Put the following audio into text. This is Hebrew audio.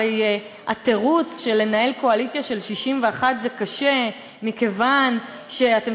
הרי התירוץ שלנהל קואליציה של 61 זה קשה מכיוון שאתם